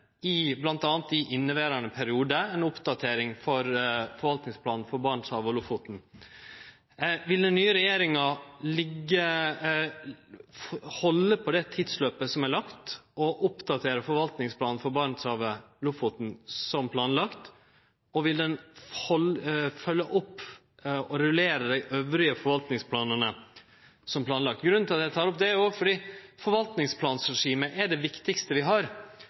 i inneverande periode, ei oppdatering for forvaltningsplanen for Barentshavet og Lofoten. Vil den nye regjeringa halde på det tidsløpet som er lagt og oppdatere forvaltningsplanen for Barentshavet og Lofoten som planlagt? Og vil ho følgje opp og rullere dei andre forvaltningsplanane som planlagt? Grunnen til at eg tek opp det er at forvaltningsplanregimet er det viktigaste vi har